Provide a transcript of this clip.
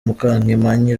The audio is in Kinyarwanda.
mukangemanyi